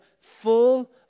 full